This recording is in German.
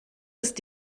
ist